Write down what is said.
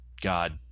God